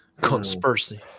Conspiracy